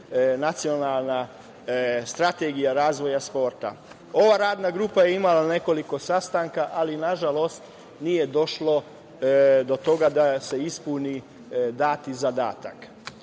nacionalna strategija razvoja sporta. Ova radna grupa je imala nekoliko sastanaka, ali nažalost nije došlo do toga da se ispuni dati zadatak.